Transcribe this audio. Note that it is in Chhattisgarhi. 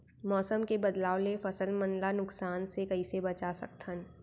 मौसम के बदलाव ले फसल मन ला नुकसान से कइसे बचा सकथन?